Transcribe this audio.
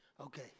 Okay